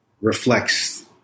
reflects